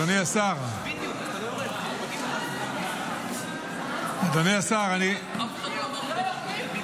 אדוני השר ------ אף אחד לא אמר לי דבר כזה